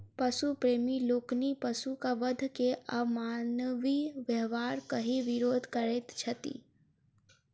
पशु प्रेमी लोकनि पशुक वध के अमानवीय व्यवहार कहि विरोध करैत छथि